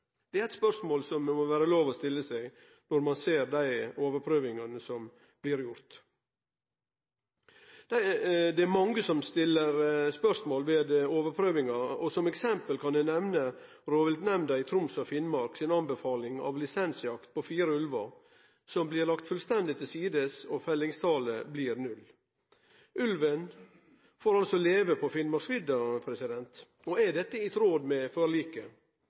Det er eit spørsmål som det må vere lov å stille seg, når ein ser dei overprøvingane som blir gjorde. Det er mange som stiller spørsmål ved overprøvinga. Som eksempel kan ein nemne Rovviltnemnda i Troms og Finnmark si anbefaling av lisensjakt på fire ulvar, som blir lagd fullstendig til sides, og fellingstalet blir null. Ulven får altså leve på Finnmarksvidda. Er dette i tråd med forliket?